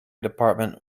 department